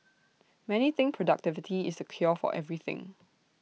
many think productivity is the cure for everything